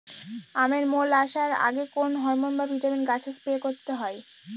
আমের মোল আসার আগে কোন হরমন বা ভিটামিন গাছে স্প্রে করতে হয়?